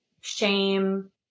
shame